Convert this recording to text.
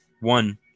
One